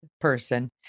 person